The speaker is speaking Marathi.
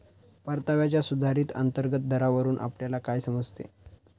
परताव्याच्या सुधारित अंतर्गत दरावरून आपल्याला काय समजते?